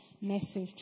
massive